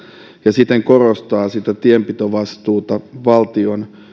ja siten korostaa sitä tienpitovastuuta valtion